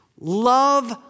love